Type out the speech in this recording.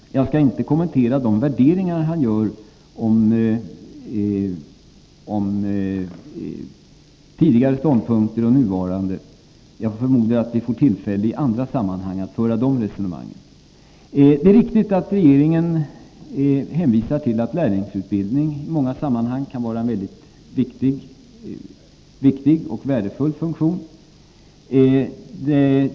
Jag skall inte kommentera de värderingar han gör av tidigare och nuvarande ståndpunkter. Jag förmodar att vi får tillfälle i andra sammanhang: att föra de resonemangen: Det är riktigt att regeringen hänvisar till att lärlingsutbildningen i många sammanhang kan vara en väldigt viktig och värdefull funktion.